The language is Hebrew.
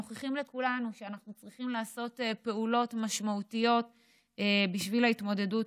הם מוכיחים לכולנו שאנחנו צריכים לעשות פעולות משמעותיות בשביל ההתמודדות